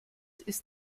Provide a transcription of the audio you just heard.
ist